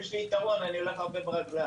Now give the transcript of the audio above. יש לי יתרון, אני הולך הרבה ברגל.